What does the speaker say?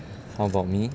how about me